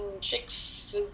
chicks